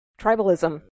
Tribalism